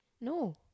No